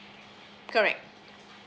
correct